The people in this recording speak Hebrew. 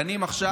דנים עכשיו,